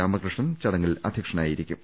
രാമകൃഷ്ണൻ ചടങ്ങിൽ അധ്യക്ഷനായിരിക്കും